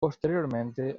posteriormente